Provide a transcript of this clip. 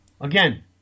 Again